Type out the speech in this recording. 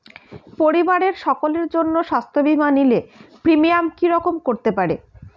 পরিবারের সকলের জন্য স্বাস্থ্য বীমা নিলে প্রিমিয়াম কি রকম করতে পারে?